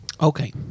Okay